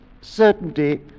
certainty